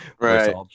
Right